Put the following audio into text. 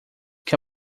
que